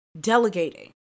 Delegating